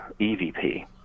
EVP